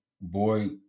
boy